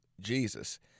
Jesus